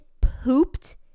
pooped